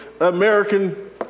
American